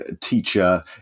teacher